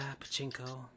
Pachinko